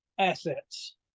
assets